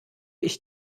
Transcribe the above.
ich